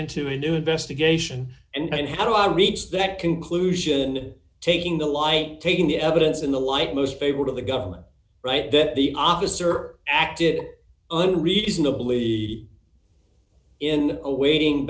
into a new investigation and how do i reach that conclusion taking the light taking the evidence in the light most favored of the government right that the officer acted unreadably in a waiting